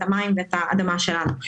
את המים ואת האדמה שלנו.